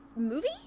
movie